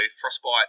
frostbite